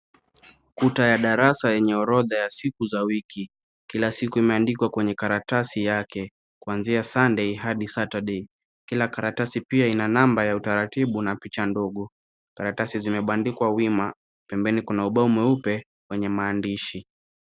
Kuta ya darasa yenye orodha ya siku za wiki. Kila siku imeandikwa kwenye karatasi yake kuanzia Sunday hadi Saturday . Kila karatasi pia inanamba ya utaratibu na picha ndogo. Karatasi zimebandikwa wima. Pembeni kuna ubao mweupe wenye maandishi.